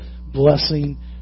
blessing